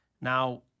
Now